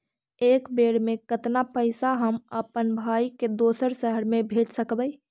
एक बेर मे कतना पैसा हम अपन भाइ के दोसर शहर मे भेज सकबै?